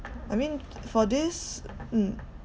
I mean for this mm